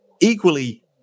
Equally